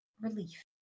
relief